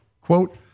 Quote